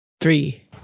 Three